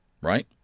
right